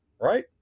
right